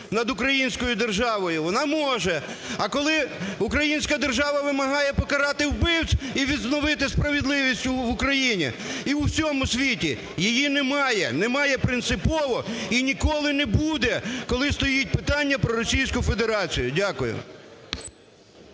над українською державою вона може, а коли українська держава вимагає покарати вбивць і відновити справедливість в Україні і у всьому світі, її немає, немає принципово і ніколи не буде, коли стоїть питання про Російську Федерацію. Дякую.